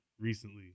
recently